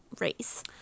race